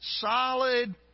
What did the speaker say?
solid